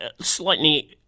slightly